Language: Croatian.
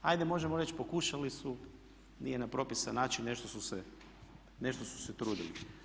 Ajde možemo reći pokušali su nije na propisan način, nešto su se trudili.